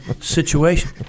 situation